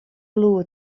bliuwe